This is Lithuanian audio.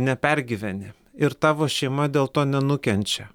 nepergyveni ir tavo šeima dėl to nenukenčia